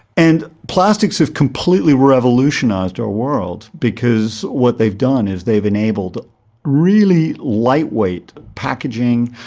and plastics have completely revolutionised our world because what they've done is they've enabled really lightweight packaging,